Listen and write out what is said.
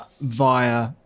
via